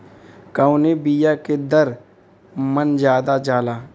कवने बिया के दर मन ज्यादा जाला?